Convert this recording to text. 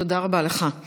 תודה רבה לך.